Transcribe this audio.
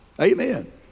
amen